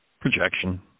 projection